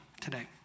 today